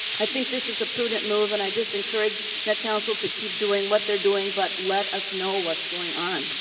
i think this is a prudent move and i encourage met council to keep doing what they're doing but let us know what is going on.